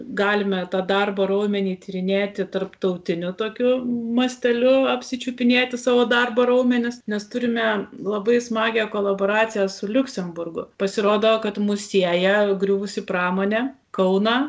galime tą darbo raumenį tyrinėti tarptautiniu tokiu masteliu apsičiupinėti savo darbo raumenis nes turime labai smagią kolaboraciją su liuksemburgu pasirodo kad mus sieja griuvusi pramonė kauną